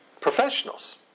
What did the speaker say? professionals